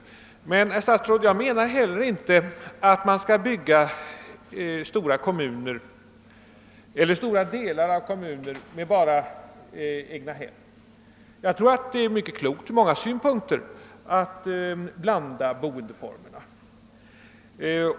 Men jag menar inte heller att vi skall bebygga stora delar av kommunerna med bara egnahem. Jag tror att det från många synpunkter är klokt att blanda boendeformerna.